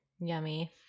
Yummy